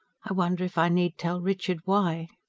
i wonder if i need tell richard why.